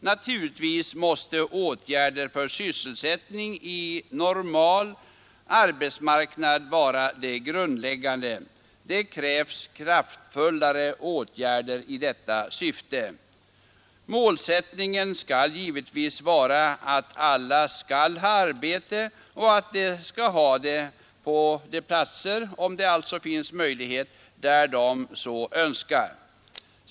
Naturligtvis måste åtgärder för sysselsättning i en normal arbetsmarknad vara det grundläggande. Det krävs kraftfullare åtgärder i detta syfte. Målsättningen skall givetvis vara att alla skall ha arbete och att de om möjligt skall ha det på de platser där de så önskar.